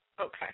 Okay